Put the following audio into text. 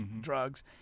drugs